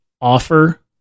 offer